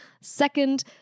second